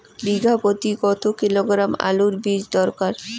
বিঘা প্রতি কত কিলোগ্রাম আলুর বীজ দরকার?